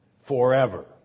forever